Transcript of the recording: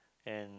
and